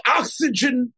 oxygen